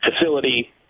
facility